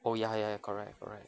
oh ya ya ya correct correct